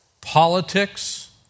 politics